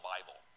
Bible